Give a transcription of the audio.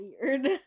weird